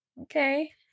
Okay